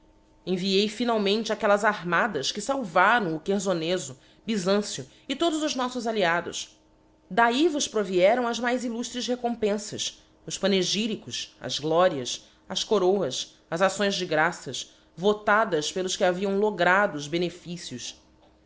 enviei finalmente aquellas armadas que falvaram o cherfonefo byzancio e todos os noflbs alliados dahi vos provieram as mais illuftres recompenfas os panegjticos as glorias as coroas as acções de graças votadas pelos que haviam logrado os benefícios